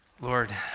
Lord